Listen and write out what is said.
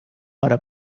hora